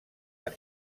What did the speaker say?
del